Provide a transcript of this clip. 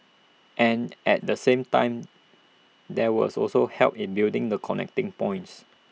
and at the same time there was also help in building the connecting points